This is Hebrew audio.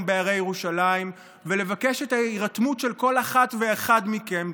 בהרי ירושלים ולבקש את ההירתמות של כל אחת ואחד מכם,